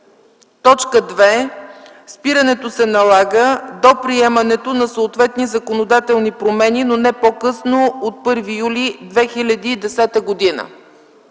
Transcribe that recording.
2. Спирането се налага до приемане на съответни законодателни промени, но не по-късно от 1 юли 2010 г.”